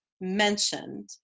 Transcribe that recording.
Mentioned